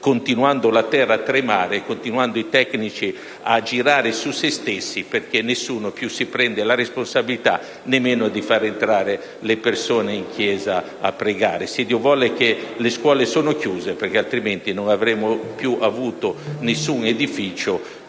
continuando la terra a tremare e continuando i tecnici a girare su se stessi, perché nessuno più si prende la responsabilità nemmeno di fare entrare le persone in chiesa a pregare. Grazie a Dio le scuole sono chiuse, perché altrimenti non avremmo più avuto nessun edificio